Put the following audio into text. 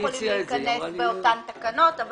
יכולים להיכנס באותן תקנות.